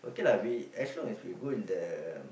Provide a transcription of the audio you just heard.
okay lah we as long as we go in the